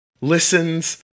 listens